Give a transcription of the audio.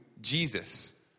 Jesus